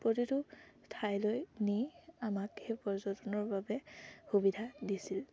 প্ৰতিটো ঠাইলৈ নি আমাক সেই পৰ্যটনৰ বাবে সুবিধা দিছিল